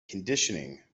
conditioning